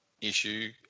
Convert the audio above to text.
issue